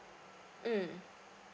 mm